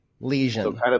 Lesion